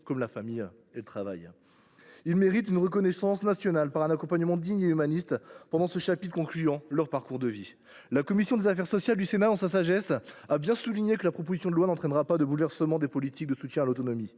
comme la famille et le travail ? Ils méritent une reconnaissance nationale par un accompagnement digne et humaniste pendant ce chapitre qui conclut leur parcours de vie. La commission des affaires sociales du Sénat, dans sa sagesse, a bien souligné que la proposition de loi n’entraînera pas de bouleversement des politiques de soutien à l’autonomie.